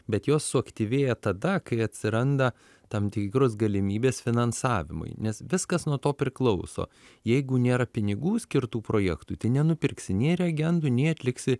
bet jos suaktyvėja tada kai atsiranda tam tikros galimybės finansavimui nes viskas nuo to priklauso jeigu nėra pinigų skirtų projektui tai nenupirksi nei reagentų nei atliksi